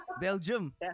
Belgium